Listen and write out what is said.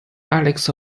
alex